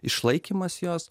išlaikymas jos